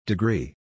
Degree